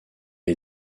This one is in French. est